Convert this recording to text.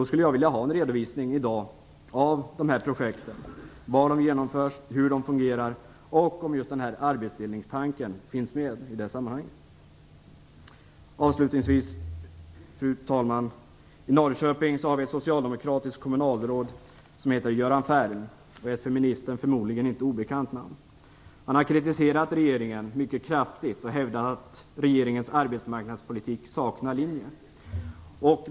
Då skulle jag vilja ha en redovisning i dag av de här projekten, var de genomförs, hur de fungerar och om arbetsdelningstanken finns med i det sammanhanget. Fru talman! Avslutningsvis: I Norrköping har vi ett socialdemokratiskt kommunalråd som heter Göran Färm och är ett för ministern förmodligen inte obekant namn. Han har kritiserat regeringen mycket kraftigt och hävdar att regeringens arbetsmarknadspolitik saknar linje.